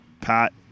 Pat